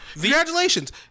congratulations